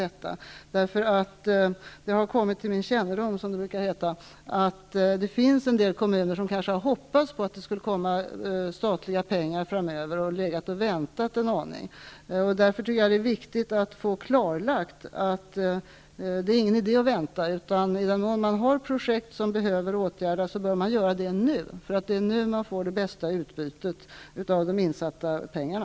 Det har kommit till min kännedom, som det brukar heta, att en del kommuner kanske har hoppats på att det skall komma statliga pengar framöver och har legat och väntat på detta. Det är därför viktigt att få klarlagt att det inte är någon idé att vänta. Har man projekt som behöver åtgärdas bör man göra det nu, för det är nu som man får det bästa utbytet av de insatta pengarna.